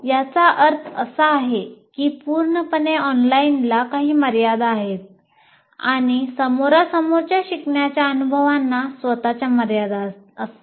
याचा अर्थ असा आहे की पूर्णपणे ऑनलाइनला काही मर्यादा आहेत आणि समोरा समोरासमोर शिकण्याच्या अनुभवांना स्वत च्या मर्यादा असतात